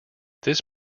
this